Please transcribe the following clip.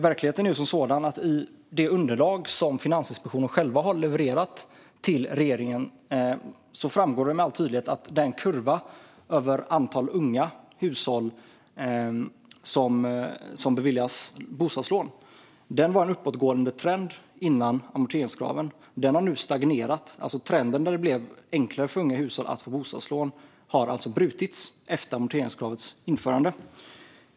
Verkligheten är ju sådan att det av det underlag som Finansinspektionen själv har levererat till regeringen med all tydlighet framgår att kurvan över antal unga hushåll som beviljas bostadslån visade en uppåtgående trend innan amorteringskraven men att den nu har stagnerat. Trenden att det blev enklare för unga hushåll att få bostadslån har alltså brutits efter amorteringskravets införande.